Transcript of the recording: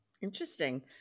interesting